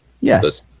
Yes